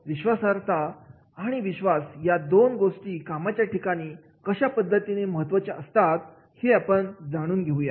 विश्वासार्हता आणि विश्वास या दोन गोष्टी कामाच्या ठिकाणी कशा पद्धतीने महत्त्वाच्या असतात हे जाणून घेऊया